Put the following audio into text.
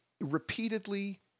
repeatedly